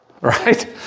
right